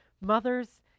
Mothers